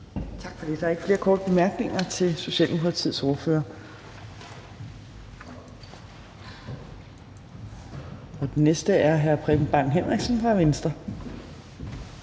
Tak for det. Der er ikke flere korte bemærkninger til Socialdemokratiets ordfører. Den næste er hr. Preben Bang Henriksen fra Venstre.